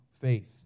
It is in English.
faith